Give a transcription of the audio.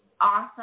awesome